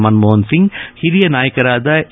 ಮನಮೋಹನ್ ಸಿಂಗ್ ಹಿರಿಯ ನಾಯಕರಾದ ಎ